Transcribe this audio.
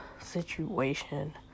situation